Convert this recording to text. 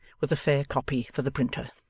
with a fair copy for the printer.